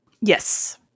Yes